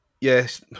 Yes